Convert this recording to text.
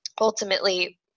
ultimately